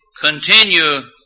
Continue